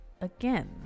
again